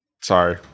Sorry